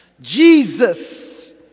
Jesus